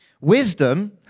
Wisdom